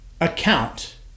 account